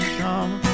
come